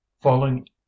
falling